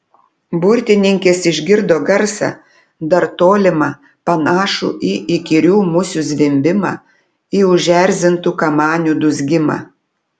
burtininkės išgirdo garsą dar tolimą panašų į įkyrių musių zvimbimą į užerzintų kamanių dūzgimą